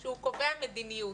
שהוא קובע מדיניות.